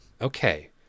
Okay